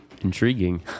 Intriguing